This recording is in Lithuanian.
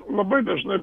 labai dažnai